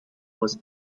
was